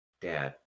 Dad